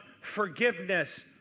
forgiveness